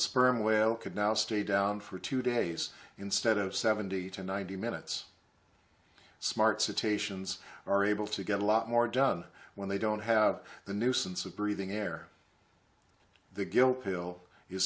sperm whale could now stay down for two days instead of seventy to ninety minutes smart cetaceans are able to get a lot more done when they don't have the nuisance of breathing air the guilt pill